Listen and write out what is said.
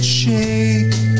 shake